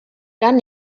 dann